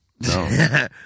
no